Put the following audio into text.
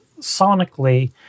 sonically